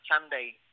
Sunday